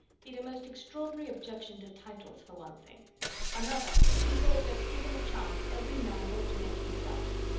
he'd a most extraordinary objection to titles, for one thing another, he thought that, given a chance, every man ought to make himself.